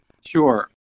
Sure